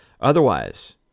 Otherwise